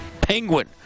Penguin